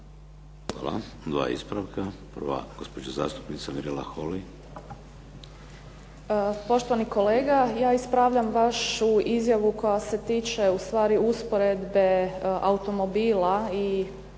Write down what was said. Hvala. Dva ispravka. Prva gospođa zastupnica Mirela Holy. **Holy, Mirela (SDP)** Poštovani kolega ja ispravljam vašu izjavu koja se tiče ustvari usporedbe automobila i tog